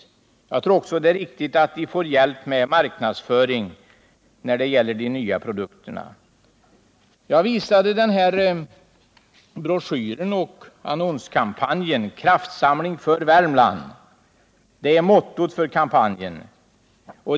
Det är också viktigt att vi får hjälp med marknadsföringen av de nya produkterna. Jag visade tidigare en broschyr om en annonskampanj. Mottot för kampanjen är: Kraftsamling för Värmland.